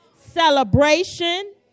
celebration